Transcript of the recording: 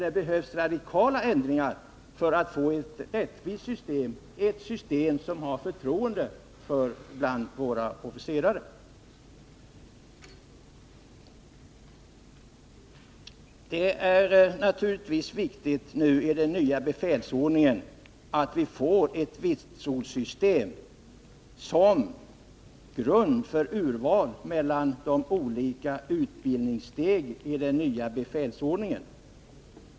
Det behövs nämligen radikala ändringar för att få ett rättvist system, ett system som det finns förtroende för bland våra officerare. Det är naturligtvis viktigt att vi får ett vitsordssystem som grund för urval mellan de olika utbildningsstegen i den nya befälsordningen.